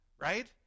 right